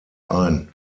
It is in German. ein